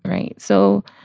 right. so,